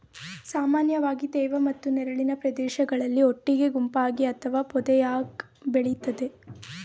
ಸಾಮಾನ್ಯವಾಗಿ ತೇವ ಮತ್ತು ನೆರಳಿನ ಪ್ರದೇಶಗಳಲ್ಲಿ ಒಟ್ಟಿಗೆ ಗುಂಪಾಗಿ ಅಥವಾ ಪೊದೆಯಾಗ್ ಬೆಳಿತದೆ